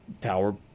tower